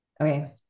okay